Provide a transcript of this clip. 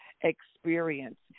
experience